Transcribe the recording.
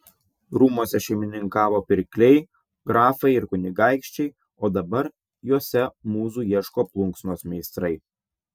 rūmuose šeimininkavo pirkliai grafai ir kunigaikščiai o dabar juose mūzų ieško plunksnos meistrai